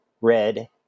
red